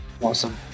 Awesome